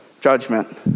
Judgment